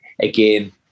again